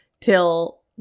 till